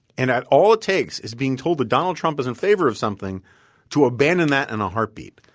and that all it takes is being told that donald trump is in favor of something to abandon that in a heartbeat,